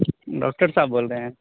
doctor صاحب بول رہے ہیں